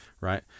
Right